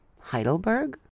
Heidelberg